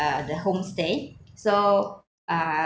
uh the homestay so uh